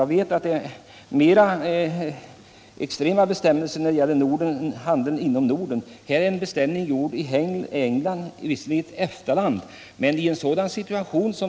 Jag vet att det är mer extrema bestämmelser när det gäller handeln inom Norden. Den nu ifrågavarande beställningen är gjord i England, som också är ett EFTA-land.